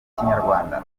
ikinyarwanda